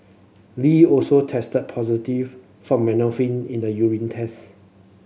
Lee also tested positive for in the urine test